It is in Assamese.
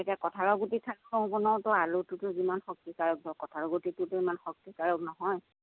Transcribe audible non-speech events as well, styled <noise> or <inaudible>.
এতিয়া কঁঠালৰ গুটি থাক <unintelligible> আলুটোতো যিমান শক্তিকাৰক বা কঁঠালৰ গুটিটোতো ইমান শক্তিকাৰক নহয়